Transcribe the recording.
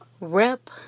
Rep